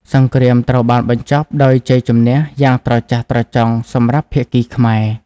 សង្រ្គាមត្រូវបានបញ្ចប់ដោយជ័យជម្នះយ៉ាងត្រចះត្រចង់សម្រាប់ភាគីខ្មែរ។